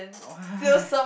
why